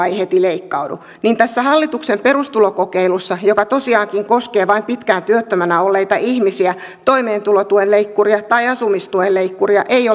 ei heti leikkaudu niin tässä hallituksen perustulokokeilussa joka tosiaankin koskee vain pitkään työttömänä olleita ihmisiä toimeentulotuen leikkuria tai asumistuen leikkuria ei